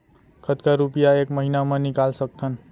कतका रुपिया एक महीना म निकाल सकथन?